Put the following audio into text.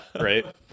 Right